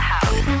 House